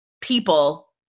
people